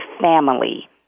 family